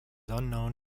unknown